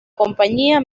compañía